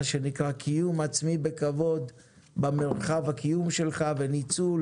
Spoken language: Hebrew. כלומר קיום עצמי בכבוד במרחב הקיום שלך וניצול